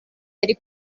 yari